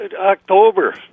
October